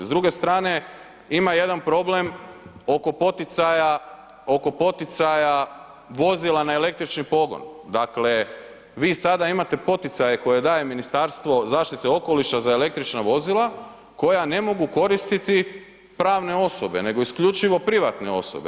S druge strane ima jedan problem oko poticaja vozila na električni pogon, dakle vi sada imate poticaje koje daje Ministarstvo zaštite okoliša za električna vozila koja ne mogu koristiti pravne osobe nego isključivo privatne osobe.